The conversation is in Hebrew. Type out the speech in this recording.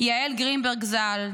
יעל גרינברג ז"ל,